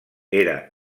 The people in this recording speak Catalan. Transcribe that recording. era